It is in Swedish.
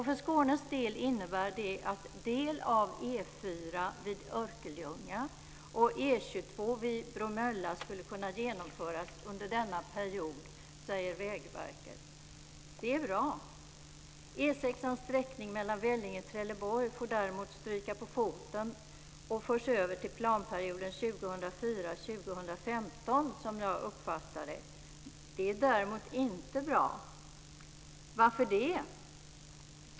För Skånes del innebär det att upprustning av E 4 vid Örkeljunga och E 22 vid Bromölla skulle kunna genomföras under denna period, säger Vägverket. Det är bra. E 6:ans sträckning mellan Vellinge och Trelleborg får däremot styrka på foten och föras över till planperioden 2004-2015. Det är däremot inte bra. Varför det?